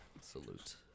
Salute